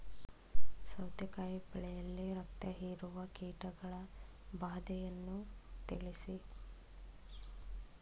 ಸೌತೆಕಾಯಿ ಬೆಳೆಯಲ್ಲಿ ರಸಹೀರುವ ಕೀಟಗಳ ಬಾಧೆಯನ್ನು ತಿಳಿಸಿ?